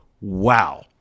Wow